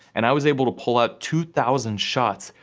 and i was able to pull up two thousand shots,